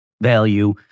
value